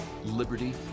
liberty